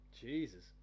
Jesus